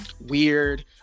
weird